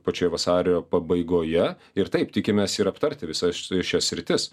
pačioje vasario pabaigoje ir taip tikimės ir aptarti visas šias sritis